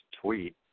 tweet